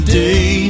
day